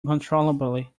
uncontrollably